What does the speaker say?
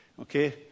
Okay